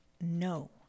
no